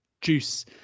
juice